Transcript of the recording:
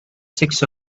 six